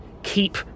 keep